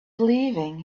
leaving